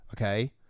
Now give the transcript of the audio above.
okay